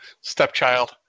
Stepchild